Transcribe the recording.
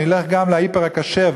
נלך גם ל"היפר כשר",